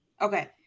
Okay